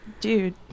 dude